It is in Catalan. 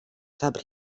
sap